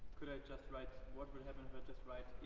just write what would happen if i just write